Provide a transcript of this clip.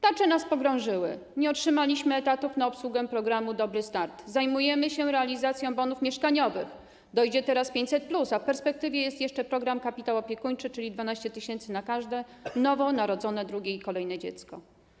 Tarcze nas pogrążyły, nie otrzymaliśmy etatów w związku z obsługą programu „Dobry start”, zajmujemy się realizacją bonów mieszkaniowych, dojdzie teraz 500+, a w perspektywie jest jeszcze program „Kapitał opiekuńczy”, czyli 12 tys. zł na każde nowo narodzone drugie dziecko i na kolejne dzieci.